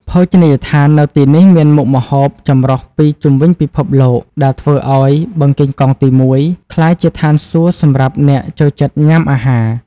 ភោជនីយដ្ឋាននៅទីនេះមានមុខម្ហូបចម្រុះពីជុំវិញពិភពលោក ដែលធ្វើឱ្យ បឹងកេងកងទី១ ក្លាយជាឋានសួគ៌សម្រាប់អ្នកចូលចិត្តញ៉ាំអាហារ។